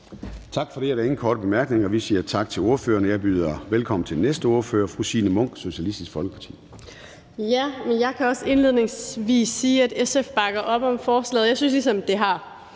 Tak for det. Der er ingen korte bemærkninger, så vi siger tak til ordføreren. Jeg byder velkommen til den næste ordfører, fru Signe Munk, Socialistisk Folkeparti. Kl. 10:14 (Ordfører) Signe Munk (SF): Jeg kan også indledningsvis sige, at SF bakker op om forslaget. Jeg synes ligesom, at der